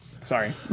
Sorry